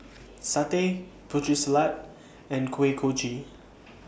Satay Putri Salad and Kuih Kochi